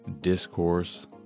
discourse